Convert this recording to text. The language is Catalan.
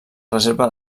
reserva